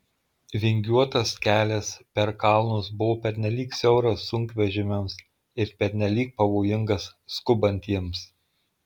vingiuotas kelias per kalnus buvo pernelyg siauras sunkvežimiams ir pernelyg pavojingas skubantiems